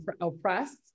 oppressed